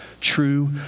True